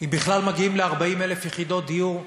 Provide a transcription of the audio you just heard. אם בכלל מגיעים ל-40,000 יחידות דיור בשנה.